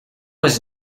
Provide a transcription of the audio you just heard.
was